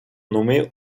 nommés